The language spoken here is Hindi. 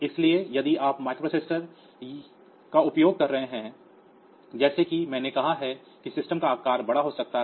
इसलिए यदि आप माइक्रोप्रोसेसर का उपयोग कर रहे हैं जैसा कि मैंने कहा है कि सिस्टम का आकार बड़ा हो सकता है